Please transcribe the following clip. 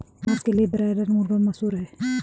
मांस के लिए ब्रायलर मुर्गा मशहूर है